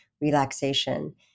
relaxation